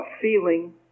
feeling